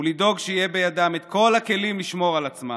הוא לדאוג שיהיו בידיהם כל הכלים לשמור על עצמם,